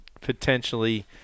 potentially